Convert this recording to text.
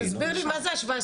תסביר לי מה זה ה-17%?